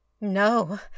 No